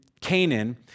Canaan